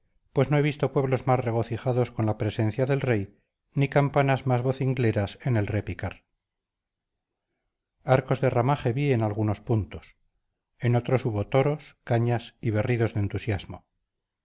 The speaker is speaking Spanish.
pues no he visto pueblos más regocijados con la presencia del rey ni campanas más vocingleras en el repicar arcos de ramaje vi en algunos puntos en otros hubo toros cañas y berridos de entusiasmo